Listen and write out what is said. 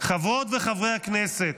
חברות וחברי הכנסת,